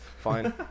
Fine